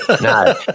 No